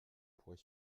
pourrait